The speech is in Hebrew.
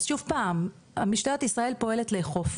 אז שוב פעם משטרת ישראל פועלת לאכוף,